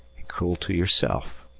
and cruel to yourself,